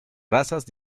razas